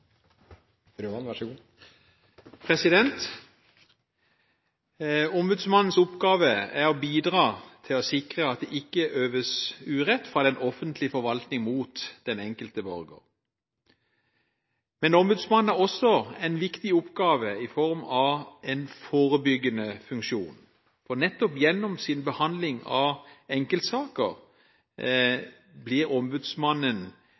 å bidra til å sikre at det ikke øves urett fra den offentlige forvaltning mot den enkelte borger. Ombudsmannen har også en viktig oppgave i form av en forebyggende funksjon, for nettopp gjennom sin behandling av enkeltsaker